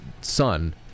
son